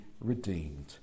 redeemed